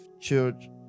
church